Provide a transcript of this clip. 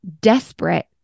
desperate